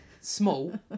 Small